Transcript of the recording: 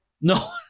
No